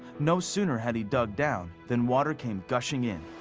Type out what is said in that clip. no sooner had he dug down, than water came gushing in.